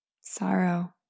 sorrow